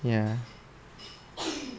ya